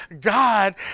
God